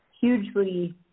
hugely